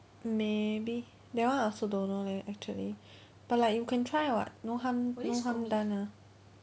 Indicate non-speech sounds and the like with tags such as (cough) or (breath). maybe that one I also don't know leh actually (breath) but like you can try [what] no harm no harm done ah